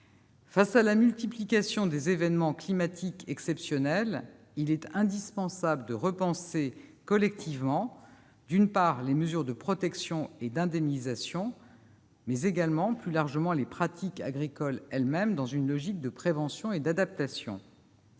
Face à la multiplication des événements climatiques exceptionnels, il est indispensable de repenser collectivement, d'une part, les mesures de protection et d'indemnisation, mais également, plus largement, les pratiques agricoles elles-mêmes, dans une logique de prévention et d'adaptation.